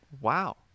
wow